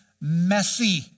messy